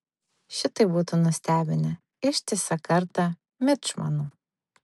šitai būtų nustebinę ištisą kartą mičmanų